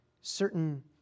certain